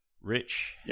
Rich